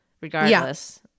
regardless